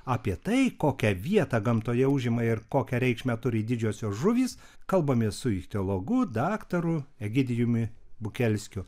apie tai kokią vietą gamtoje užima ir kokią reikšmę turi didžiosios žuvys kalbamės su ichtiologu daktaru egidijumi bukelskiu